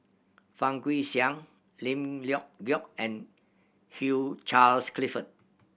Fang Guixiang Lim Leong Geok and Hugh Charles Clifford